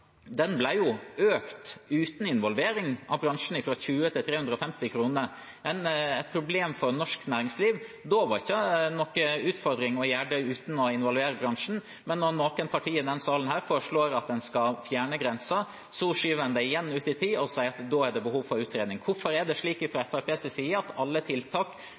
økt, uten involvering av bransjen, fra 200 til 350 kr, et problem for norsk næringsliv. Da var det ikke noen utfordring å gjøre det uten å involvere bransjen, men når noen av partiene i denne salen foreslår at en skal fjerne grensen, skyver en det igjen ut i tid og sier at da er det behov for utredning. Hvorfor er det slik fra Fremskrittspartiets side at alle tiltak